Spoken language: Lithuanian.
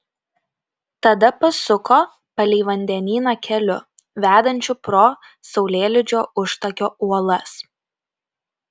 tada pasuko palei vandenyną keliu vedančiu pro saulėlydžio užtakio uolas